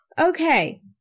okay